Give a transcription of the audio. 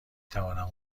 توانم